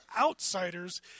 outsiders